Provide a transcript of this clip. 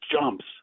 jumps